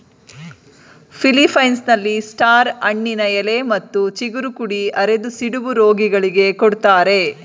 ಫಿಲಿಪ್ಪೈನ್ಸ್ನಲ್ಲಿ star ಹಣ್ಣಿನ ಎಲೆ ಮತ್ತು ಚಿಗುರು ಕುಡಿ ಅರೆದು ಸಿಡುಬು ರೋಗಿಗಳಿಗೆ ಕೊಡ್ತಾರೆ